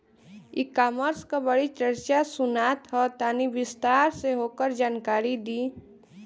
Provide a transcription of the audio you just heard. ई कॉमर्स क बड़ी चर्चा सुनात ह तनि विस्तार से ओकर जानकारी दी?